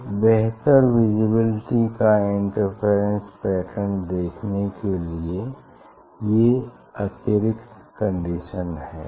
एक बेहतर विजिबिलिटी का इंटरफेरेंस पैटर्न देखने लिए ये अतिरिक्त कंडीशंस हैं